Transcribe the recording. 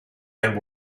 and